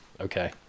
okay